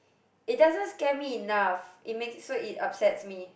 it doesn't scare me enough it make so it upsets me